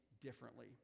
differently